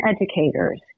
educators